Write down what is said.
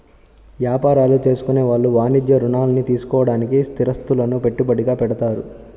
యాపారాలు చేసుకునే వాళ్ళు వాణిజ్య రుణాల్ని తీసుకోడానికి స్థిరాస్తులను పెట్టుబడిగా పెడతారు